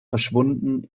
verschwunden